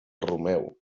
romeu